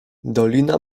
dolina